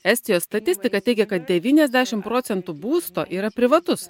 estijos statistika teigia kad devyniasdešim procentų būsto yra privatus